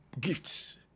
gifts